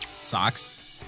socks